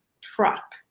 truck